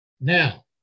Now